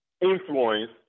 influence